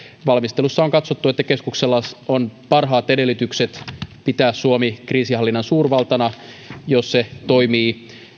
valmistelussa on katsottu että keskuksella on parhaat edellytykset pitää suomi kriisinhallinnan suurvaltana jos se toimii